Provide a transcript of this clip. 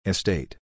Estate